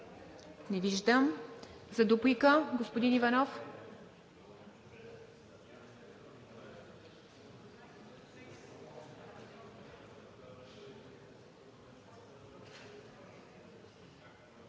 Не виждам. Дуплика – господин Иванов?